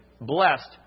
blessed